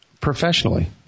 professionally